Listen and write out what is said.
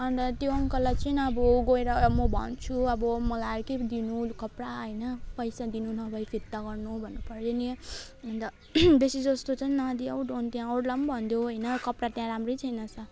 अनि त त्यो अङ्कललाई चाहिँ अब गएर म भन्छु अब मलाई अर्कै दिनु कपडा हैन पैसा दिनु नभए फिर्ता गर्नु भन्नुपर्यो नि अनि त बेसी जस्तो चाहिँ नालिय हो डोन त्यहाँ अरूलाई पनि भनिदेऊ हैन कपडा त्यहाँ राम्रै छैन स